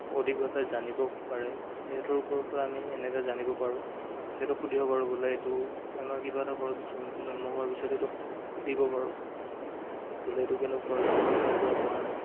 অধিকভাৱে জানিব পাৰে সেহেঁতৰ ওপৰৰ পৰা আমি এনেকে জানিব পাৰোঁ সিহঁতক সুধিব পাৰোঁ বোলে এইটো জানোঁ আৰু কিবা এটা ঘৰত জন্তু জন্ম হোৱাৰ পিছত সিহঁতক সুধিব পাৰোঁ বোলে এইটো কেনেকুৱা হৈছে কেনেকুৱা হোৱা নাই